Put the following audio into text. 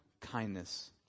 Kindness